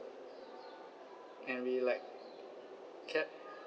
and we like kept